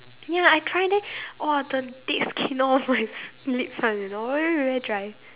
ya I try then !wah! the dead skin all over my lips one you know really very dry